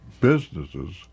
businesses